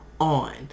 on